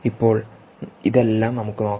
ഇപ്പോൾ ഇതെല്ലാം നമുക്ക് നോക്കാം